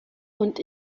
und